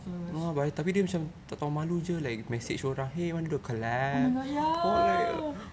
followers oh my god ya